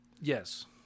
yes